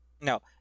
no